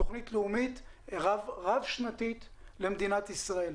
תוכנית לאומית רב-שנתית למדינת ישראל,